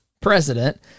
president